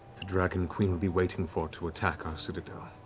the dragon queen will be waiting for to attack our citadel.